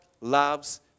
loves